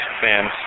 fans